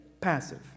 passive